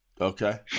Okay